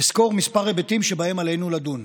אסקור כמה היבטים שבהם עלינו לדון: